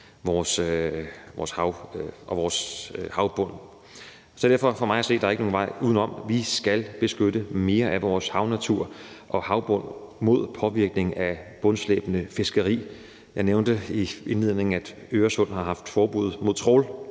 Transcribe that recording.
og vores havbund. Derfor er der for mig at se ikke nogen vej udenom. Vi skal beskytte mere af vores havnatur og havbund mod påvirkning af bundslæbende fiskeri. Jeg nævnte i indledningen, at Øresund har haft trawlforbud